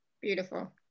Beautiful